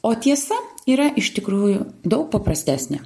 o tiesa yra iš tikrųjų daug paprastesnė